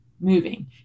moving